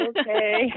okay